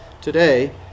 today